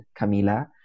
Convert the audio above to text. Camila